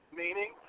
meaning